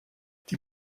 die